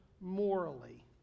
morally